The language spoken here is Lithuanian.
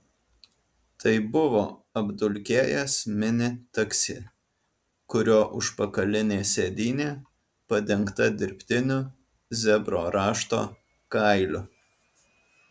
tai buvo apdulkėjęs mini taksi kurio užpakalinė sėdynė padengta dirbtiniu zebro rašto kailiu